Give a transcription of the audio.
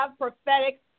prophetic